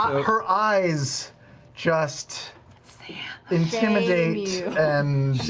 her eyes just intimidate me.